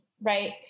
right